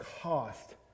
cost